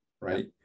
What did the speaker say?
right